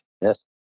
Yes